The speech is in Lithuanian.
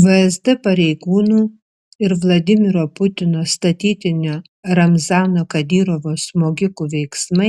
vsd pareigūnų ir vladimiro putino statytinio ramzano kadyrovo smogikų veiksmai